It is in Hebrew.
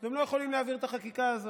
והם לא יכולים להעביר את החקיקה הזאת.